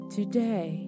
Today